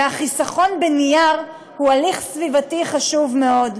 והחיסכון בנייר הוא הליך סביבתי חשוב מאוד.